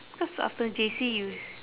cause after J_C you is